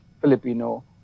Filipino